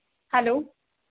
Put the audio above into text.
hello